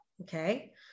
Okay